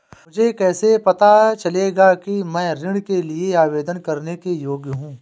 मुझे कैसे पता चलेगा कि मैं ऋण के लिए आवेदन करने के योग्य हूँ?